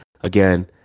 again